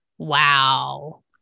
Wow